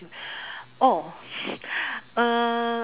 oh uh